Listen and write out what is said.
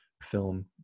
film